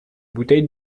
bouteille